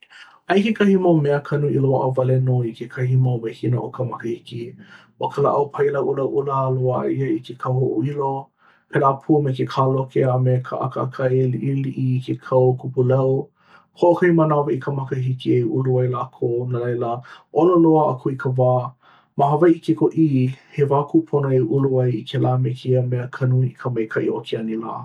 Aia kekahi mau mea kanu i loaʻa wale no i kekahi mau mahina o ka makahiki. ʻO ka lāʻau palai ʻulaʻula, loaʻa ia i ke kau hoʻoilo. Pēlā pū me ke kāloke a me ka ʻakaʻakai liʻiliʻi i ke kau kupulau. Hoʻokahi manawa i ka makahiki e ulu ai lākou, no laila ʻono loa a kūikawā. Ma Hawaiʻi kikoʻī, he wā kūpono e ulu ai i kēla me kēia mea kanu i ka maikaʻi o ke anilā.